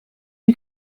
you